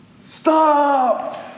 Stop